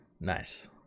Nice